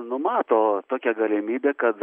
numato tokią galimybę kad